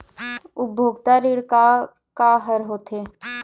उपभोक्ता ऋण का का हर होथे?